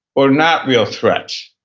or not real threat.